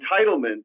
Entitlement